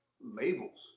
labels